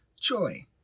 joy